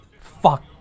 Fuck